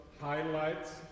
highlights